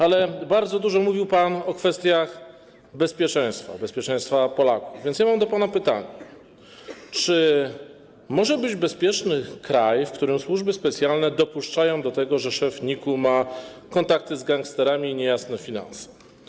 Ale bardzo dużo mówił pan o kwestiach bezpieczeństwa, bezpieczeństwa Polaków, więc mam do pana pytanie: Czy może być bezpieczny kraj, w którym służby specjalne dopuszczają do tego, że szef NIK-u ma kontakty z gangsterami i niejasne finanse?